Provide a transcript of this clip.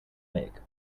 make